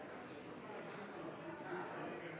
presidenten